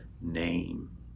name